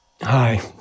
Hi